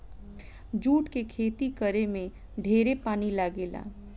जुट के खेती करे में ढेरे पानी लागेला